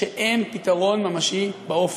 שאין פתרון ממשי באופק.